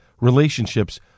relationships